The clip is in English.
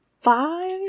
five